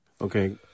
Okay